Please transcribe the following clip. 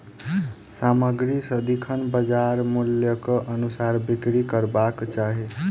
सामग्री सदिखन बजार मूल्यक अनुसार बिक्री करबाक चाही